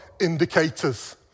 indicators